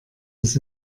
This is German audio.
das